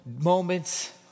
moments